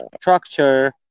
structure